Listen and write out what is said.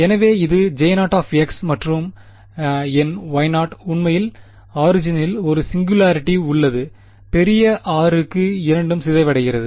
எனவே இது எனதுJ0 மறுபுறம் என் Y0 உண்மையில் ஆரிஜினில் ஒரு சிங்குலாரிட்டி உள்ளதுபெரிய r க்கு இரண்டும் சிதைவடைகிறது